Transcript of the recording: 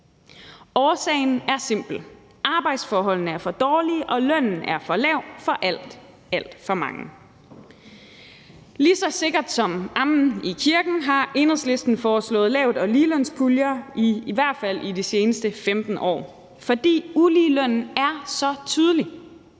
Årsagen er simpel: Arbejdsforholdene er for dårlige, og lønnen er for lav for alt, alt for mange. Lige så sikkert som amen i kirken har Enhedslisten foreslået lavt- og ligelønspuljer i i hvert fald de seneste 15 år, fordi uligelønnen er så tydelig.